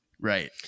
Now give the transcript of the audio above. right